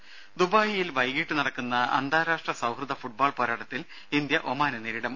രും ദുബായിൽ വൈകീട്ട് നടക്കുന്ന അന്താരാഷ്ട്ര സൌഹൃദ ഫുട്ബോൾ പോരാട്ടത്തിൽ ഇന്ത്യ ഒമാനെ നേരിടും